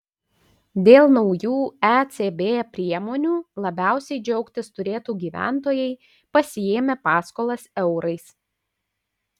dėl naujų ecb priemonių labiausiai džiaugtis turėtų gyventojai pasiėmę paskolas eurais